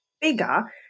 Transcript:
bigger